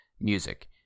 music